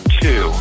two